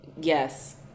yes